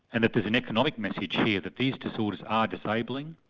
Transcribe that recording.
and if there's an economic message here that these disorders are disabling,